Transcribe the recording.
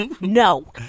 No